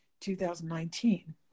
2019